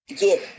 Get